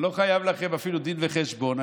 אני לא חייב לכם אפילו דין וחשבון,